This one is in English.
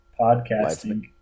podcasting